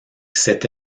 cette